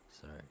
Sorry